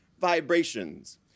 vibrations